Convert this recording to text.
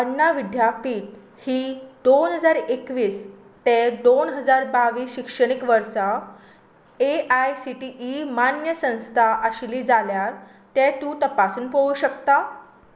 अण्णा विद्यापीठ ही दोन हजार एकवीस ते दोन हजार बावीस शिक्षणीक वर्सा A I C T E मान्य संस्था आशिल्ली जाल्यार तें तूं तपासून पळोवंक शकता